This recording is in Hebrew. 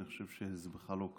אני חושב שזה בכלל לא קשור.